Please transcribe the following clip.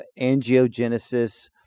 angiogenesis